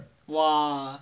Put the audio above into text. !wah!